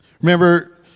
Remember